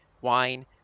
wine